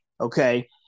okay